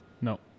No